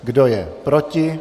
Kdo je proti?